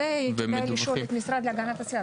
את זה אפשר לשאול את המשרד להגנת הסביבה.